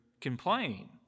complain